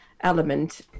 element